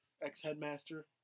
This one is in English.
Ex-Headmaster